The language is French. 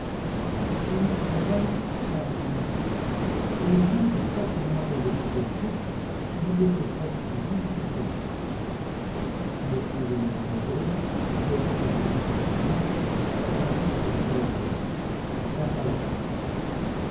et une fenêtre fermée au bout de quatre mois d'investigations l'idée secrète du juge était celle-ci m et mme de dreux pressés par des besoins d'argent qui de fait étaient considérables avaient vendu le collier de la reine il classa l'affaire